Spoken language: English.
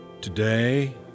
Today